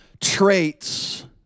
traits